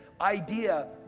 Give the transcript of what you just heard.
idea